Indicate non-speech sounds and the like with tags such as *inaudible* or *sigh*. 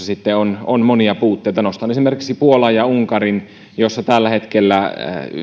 *unintelligible* sitten on on monia puutteita nostan esimerkiksi puolan ja unkarin tällä hetkellä